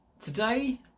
Today